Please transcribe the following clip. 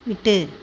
விட்டு